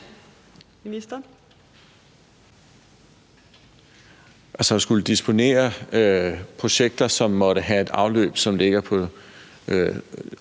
at skulle disponere over projekter, som måtte have et afløb, der ligger år